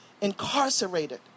incarcerated